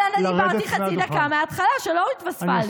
אני דיברתי חצי דקה מההתחלה שלא התווספה לי.